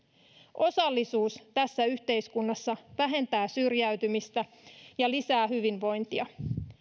osallisuus tässä yhteiskunnassa vähentää syrjäytymistä ja lisää hyvinvointia